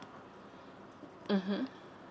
mmhmm